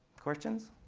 questions?